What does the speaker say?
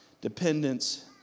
dependence